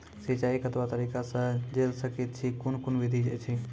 सिंचाई कतवा तरीका सअ के जेल सकैत छी, कून कून विधि ऐछि?